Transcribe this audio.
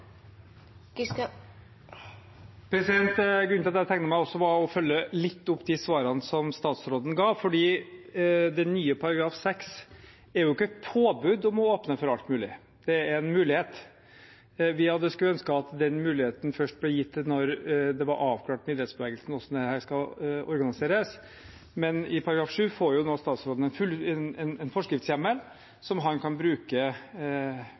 Grunnen til at jeg tegnet meg, var å følge litt opp de svarene som statsråden ga. Den nye § 6 er jo ikke et påbud om å åpne for alt mulig, det er en mulighet. Vi hadde ønsket at den muligheten først ble gitt når det var avklart med idrettsbevegelsen hvordan dette skal organiseres, men i § 7 får statsråden nå en forskriftshjemmel som han kan bruke